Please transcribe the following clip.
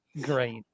great